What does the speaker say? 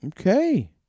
Okay